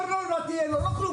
לא ארנונה תהיה לו, לא כלום.